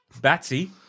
Batsy